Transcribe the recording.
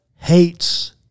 hates